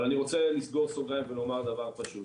אבל אני רוצה לסגור סוגריים ולומר דבר פשוט: